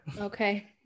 okay